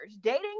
dating